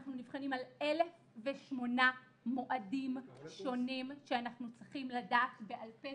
אנחנו נבחנים על 1008 מועדים שונים שאנחנו צריכים לדעת בעל-פה,